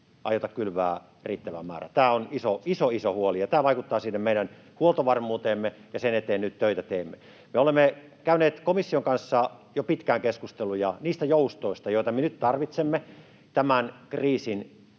aiota kylvää riittävää määrää. Tämä on iso, iso huoli, ja tämä vaikuttaa sinne meidän huoltovarmuuteemme, ja sen eteen nyt töitä teemme. Me olemme käyneet komission kanssa jo pitkään keskusteluja niistä joustoista, joita me nyt tarvitsemme tämän kriisin